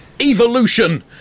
evolution